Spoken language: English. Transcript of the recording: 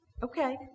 Okay